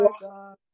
God